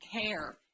care